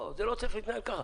לא, זה לא צריך להתנהל כך.